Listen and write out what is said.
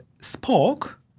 spoke